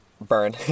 burn